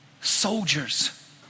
soldiers